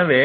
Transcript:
எனவே